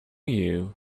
you